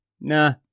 nah